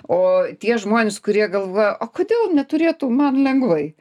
o tie žmonės kurie galvoja o kodėl neturėtų man lengvai